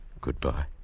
Goodbye